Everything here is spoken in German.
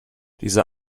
diese